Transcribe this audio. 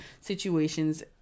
situations